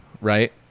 Right